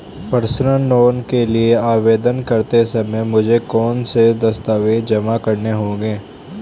Personal loan के लिए आवेदन करते समय मुझे कौन से दस्तावेज़ जमा करने होंगे?